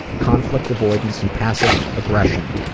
conflict avoidance, and passive aggression,